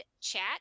chat